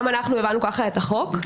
גם אנחנו הבנו ככה את החוק,